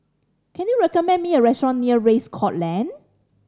can you recommend me a restaurant near Race Course Lane